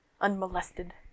unmolested